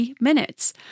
minutes